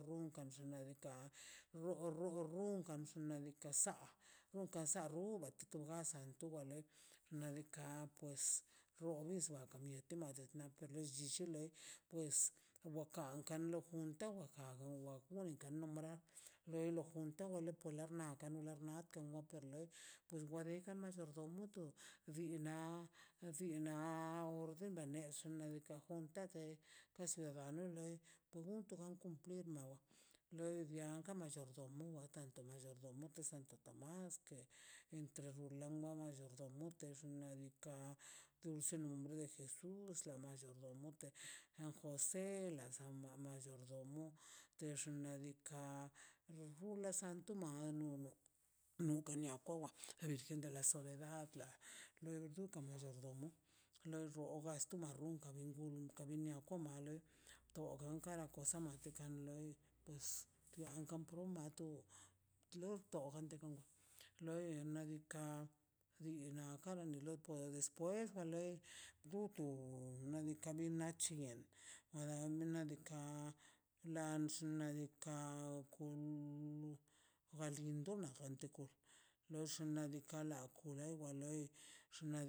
Runkan xnaꞌ diika' rro- rro rrunkan xnaꞌ diikaꞌ nsaꞌ rruba tutu gasa tu bale nadikaꞌ pues pues wowokan lo junta aga ukan nika nombra por la nok bla wakan loi pues kara mallordomo din ḻa sii na oordo nallesho junta de ciudadano lei pujun cumplir naw yaka mallordomo wakanto mallordomowata más que entre rrulan mallordomo xnaꞌ diikaꞌ luse en el nombre de jesús ḻa mallordomo san jose la sama mayollordomo te xnaꞌ diikaꞌ rru rrulan santo mas nunu noka ma wewa virgen de la soledad loi diika mallordomo loeer llo las tu na no kara kosa mateka loi pues tiakan rom tu logan te loi nadika krii kara be lo pe despues guku nadika nach c̱he yen wada nadika la xnaꞌ diikaꞌ kun na lindo na kante kara kul na xnaꞌ diikaꞌ la kuerei wa lei xnaꞌ dii.